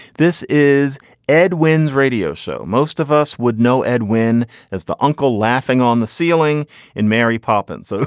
this is ed winz radio show. most of us would know edwin as the uncle laughing on the ceiling in mary poppins. so